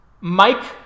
Mike